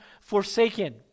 forsaken